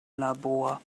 labor